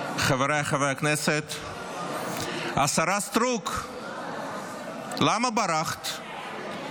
חבריי חברי הכנסת, השרה סטרוק, למה ברחת?